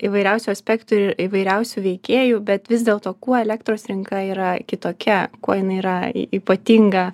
įvairiausių aspektų ir įvairiausių veikėjų bet vis dėlto kuo elektros rinka yra kitokia kuo jinai yra ypatinga